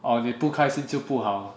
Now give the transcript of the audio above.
or 你不开心就不好